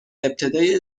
ابتدای